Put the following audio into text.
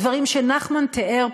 הדברים שנחמן תיאר פה,